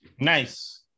Nice